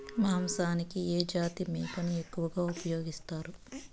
మాంసానికి ఏ జాతి మేకను ఎక్కువగా ఉపయోగిస్తారు?